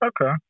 Okay